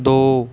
ਦੋ